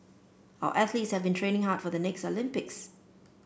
our athletes have been training hard for the next Olympics